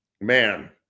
man